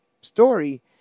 story